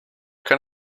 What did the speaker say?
can